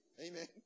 Amen